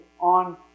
on